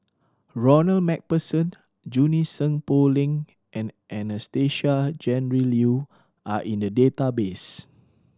Ronald Macpherson Junie Sng Poh Leng and Anastasia Tjendri Liew are in the database